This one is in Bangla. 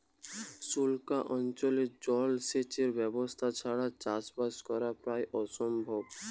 সুক্লা অঞ্চলে জল সেচের ব্যবস্থা ছাড়া চাষবাস করা প্রায় অসম্ভব